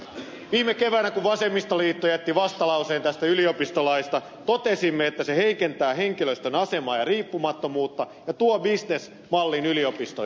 viime keväänä kun vasemmistoliitto jätti vastalauseen tästä yliopistolaista totesimme että se heikentää henkilöstön asemaa ja riippumattomuutta ja tuo bisnesmallin yliopistoihin